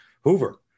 Hoover